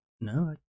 No